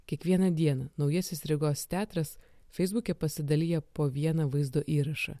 kiekvieną dieną naujasis rygos teatras feisbuke pasidalija po vieną vaizdo įrašą